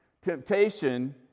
Temptation